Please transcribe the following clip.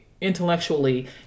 intellectually